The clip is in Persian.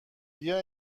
بیا